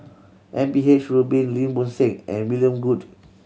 M P H Rubin Lim Bo Seng and William Goode